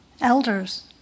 elders